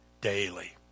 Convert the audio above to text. daily